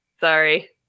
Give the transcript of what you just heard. Sorry